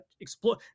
explore